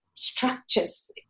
structures